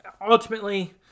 ultimately